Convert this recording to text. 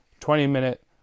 20-minute